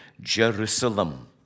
Jerusalem